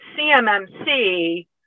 CMMC